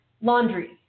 Laundry